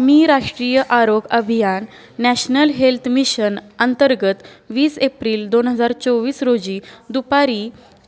मी राष्ट्रीय आरोग्य अभियान नॅशनल हेल्थ मिशन अंतर्गत वीस एप्रिल दोन हजार चोवीस रोजी दुपारी